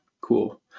cool